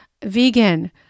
vegan